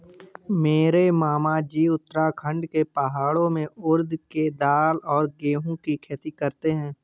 मेरे मामाजी उत्तराखंड के पहाड़ों में उड़द के दाल और गेहूं की खेती करते हैं